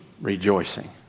Rejoicing